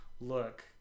look